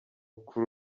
kuri